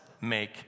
make